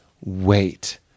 wait